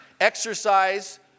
exercise